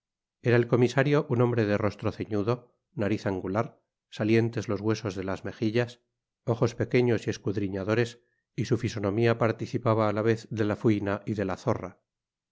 era el comisario un hombre de rostro ceñudo nariz angular salientes los huesos de las mejillas ojos pequeños y escudriñadores y su fisonomía participaba á la vez de la fuina y de la zorra